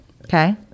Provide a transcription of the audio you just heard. Okay